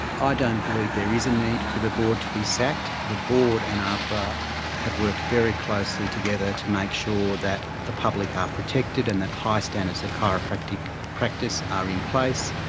ah don't believe there is a need for the board to be sacked. the board and ahpra have worked very closely together to make sure that the public are ah protected, and that high standards of chiropractic practice are in place.